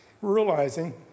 realizing